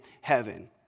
heaven